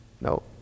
No